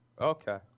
Okay